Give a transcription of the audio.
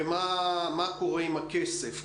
ומה קורה עם הכסף,